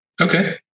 Okay